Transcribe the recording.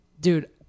dude